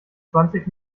zwanzig